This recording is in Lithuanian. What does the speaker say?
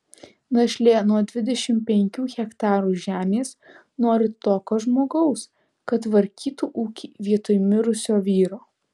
našlė nuo dvidešimt penkių hektarų žemės nori tokio žmogaus kad tvarkytų ūkį vietoj mirusio vyro